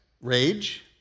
rage